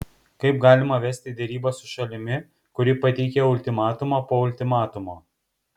kaip galima vesti derybas su šalimi kuri pateikia ultimatumą po ultimatumo